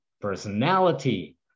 personality